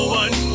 one